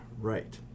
right